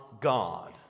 God